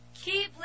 Keep